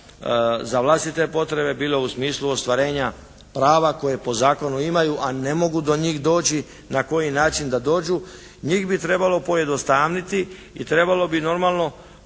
za vlastite potrebe. Bilo u smislu ostvarenja prava koje po zakonu imaju a ne mogu do njih doći, na koji način da dođu. Njih bi trebalo pojednostavniti i trebalo bi normalno razmisliti